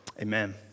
Amen